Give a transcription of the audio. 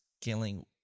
killing